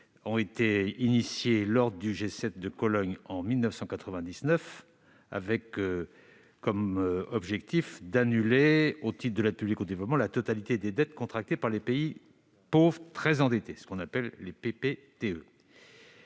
ont été lancés lors du G7 de Cologne en 1999 pour annuler, au titre de l'aide publique au développement, la totalité des dettes contractées par les pays pauvres très endettés, les PPTE.